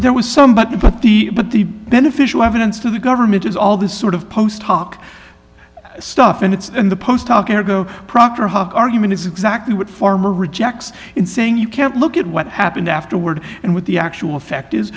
there was some but the but the beneficial evidence to the government is all this sort of post hoc stuff and it's in the post tucker go procter hoc argument is exactly what farmer rejects in saying you can't look at what happened afterward and what the actual effect is